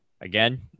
Again